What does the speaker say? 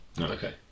Okay